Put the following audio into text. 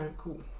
cool